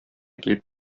килеп